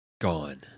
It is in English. Gone